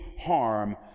harm